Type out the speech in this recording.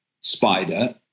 spider